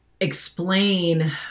explain